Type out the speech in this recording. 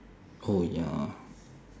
oh ya